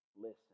listen